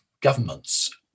governments